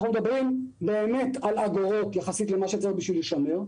אנחנו מדברים באמת על אגורות יחסית למה שצריך בשביל לשמר.